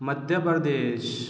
Madhya Pradesh